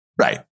Right